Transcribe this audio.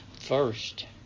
first